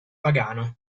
pagano